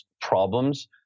problems